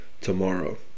tomorrow